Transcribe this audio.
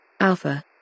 Alpha